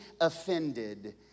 offended